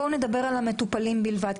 בואו נדבר על המטופלים בלבד,